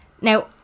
Now